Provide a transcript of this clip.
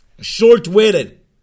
Short-witted